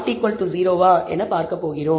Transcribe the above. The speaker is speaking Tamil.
0 வா என பார்க்கிறோம்